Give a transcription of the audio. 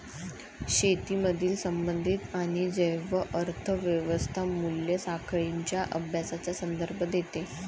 शेतीमधील संबंधित आणि जैव अर्थ व्यवस्था मूल्य साखळींच्या अभ्यासाचा संदर्भ देते